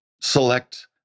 select